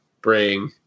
bring